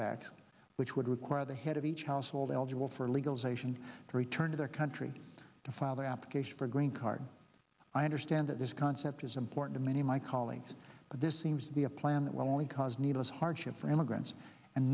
touchback which would require the head of each household eligible for legalization to return to their country to file their application for green card i understand that this concept is important to many my colleagues but this seems to be a plan that will only cause needless hardship for immigrants and